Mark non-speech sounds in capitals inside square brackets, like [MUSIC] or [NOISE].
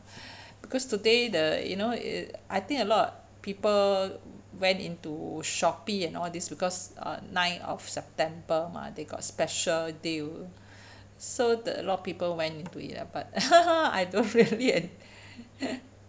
because today the you know uh I think a lot people went into shopee and all this because uh nine of september mah they got special deal so the a lot of people went into it lah but [LAUGHS] I don't really and